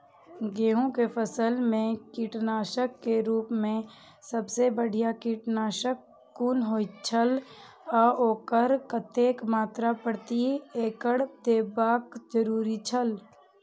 गेहूं के फसल मेय कीटनाशक के रुप मेय सबसे बढ़िया कीटनाशक कुन होए छल आ ओकर कतेक मात्रा प्रति एकड़ देबाक जरुरी छल?